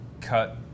cut